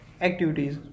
activities